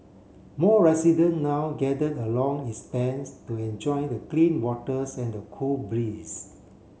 more resident now gathered along its banks to enjoy the clean waters and the cool breeze